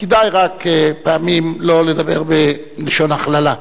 כדאי רק פעמים לא לדבר בלשון הכללה.